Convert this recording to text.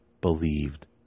believed